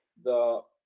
the,